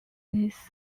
this